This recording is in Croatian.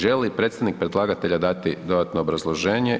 Želi li predstavnik predlagatelja dati dodatno obrazloženje?